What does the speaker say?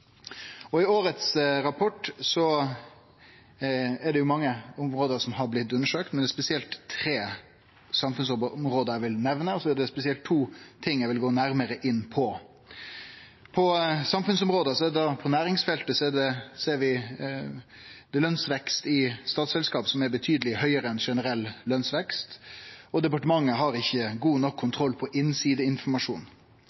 I årets rapport er det mange område som har blitt undersøkt, men det er spesielt tre samfunnsområde eg vil nemne, og så er det spesielt to ting eg vil gå nærare inn på. Når det gjeld samfunnsområde, ser vi på næringsfeltet at lønsveksten i statsselskap er betydeleg høgare enn den generelle lønsveksten, og departementet har ikkje god nok